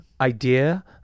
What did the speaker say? idea